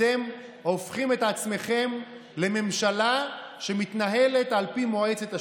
אתם הופכים את עצמכם לממשלה שמתנהלת על פי מועצת השורא,